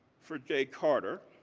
for j. carter,